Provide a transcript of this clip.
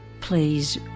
Please